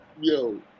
Yo